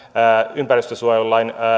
ympäristösuojelulain